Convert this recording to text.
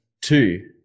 Two